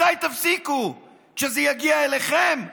מתי תפסיקו, כשזה יגיע אליכם?